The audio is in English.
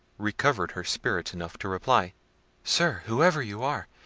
recovered her spirits enough to reply sir, whoever you are,